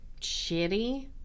shitty